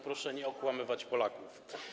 Proszę nie okłamywać Polaków.